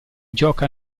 gioca